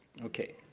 Okay